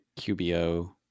QBO